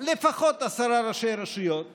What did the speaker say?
לפחות עשרה ראשי רשויות ויגידו: